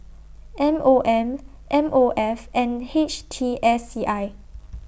M O M M O F and H T S C I